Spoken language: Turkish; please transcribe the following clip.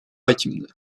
hakimdi